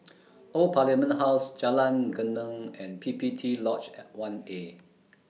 Old Parliament House Jalan Geneng and P P T Lodge and one A